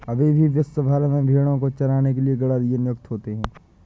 अभी भी विश्व भर में भेंड़ों को चराने के लिए गरेड़िए नियुक्त होते हैं